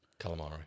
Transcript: Calamari